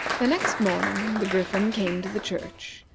the next morning, the griffin came to the church,